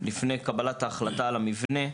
לפני קבלת ההחלטה על המבנה,